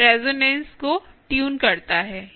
लिए ट्यून करता है